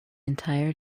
entire